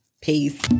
Peace